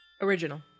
Original